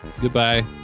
goodbye